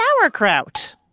sauerkraut